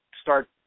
start